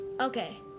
Okay